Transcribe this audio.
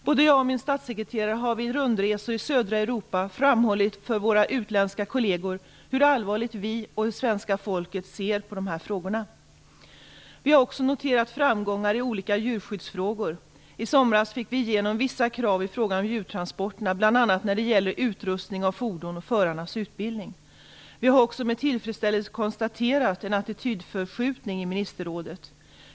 Både jag och min statssekreterare har vid rundresor i södra Europa framhållit för våra utländska kolleger hur allvarligt vi och det svenska folket ser på dessa frågor. Vi har också noterat framgångar i olika djurskyddsfrågor. I somras fick vi igenom vissa krav i fråga om djurtransporterna, bl.a. när det gäller utrustningen av fordonen och förarnas utbildning. Vi har också med tillfredsställelse konstaterat en attitydförskjutning i ministerrådet.